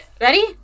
Ready